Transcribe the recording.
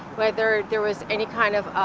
whether there was any kind of,